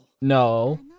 No